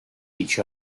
each